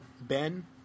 Ben